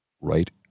Right